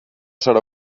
serà